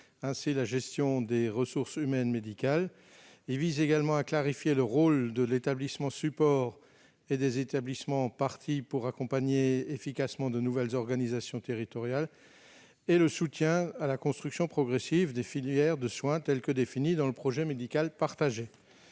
la gestion des ressources humaines médicales. Il tend également à clarifier le rôle de l'établissement support et des établissements parties, pour accompagner efficacement de nouvelles organisations territoriales et le soutien à la construction progressive des filières de soins, telles qu'elles sont définies dans le projet médical partagé.